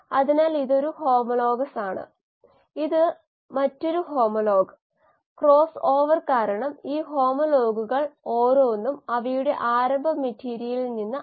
ഉദാഹരണത്തിന് Y of x slash s yield of cell ആയി ബന്ധപ്പെട്ട സബ്സ്ട്രേറ്റ് സബ്സ്ട്രേറ്റ് ആധാരമാക്കിയുള്ള യിൽഡ് ഓഫ് സെൽ എന്നത് ഉൽപാദിപ്പിക്കപെടുന്ന കോശങ്ങളുടെ ഉപയോഗിക്കപ്പെട്ട അളവുകൊണ്ട് ഹരിച്ചാൽ കിട്ടുന്നതാണ്